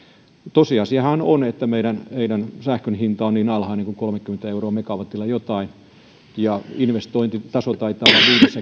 tosiasiahan on on että meillä sähkön hinta on niin alhainen kuin jotain kolmekymmentä euroa megawatille ja investointitaso taitaa olla viidessäkympissä